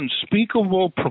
unspeakable